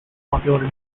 popular